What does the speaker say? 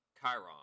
Chiron